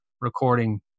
recording